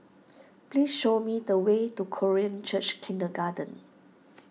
please show me the way to Korean Church Kindergarten